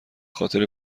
خاطر